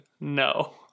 no